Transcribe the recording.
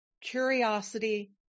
curiosity